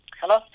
Hello